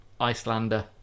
Icelander